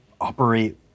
operate